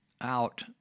out